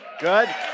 Good